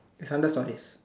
it's under stories